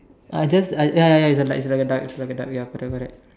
I just I ya ya ya it's a like it's like a duck it's like a duck ya correct correct